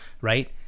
right